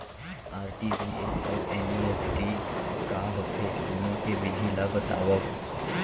RTGS अऊ NEFT का होथे, दुनो के विधि ला बतावव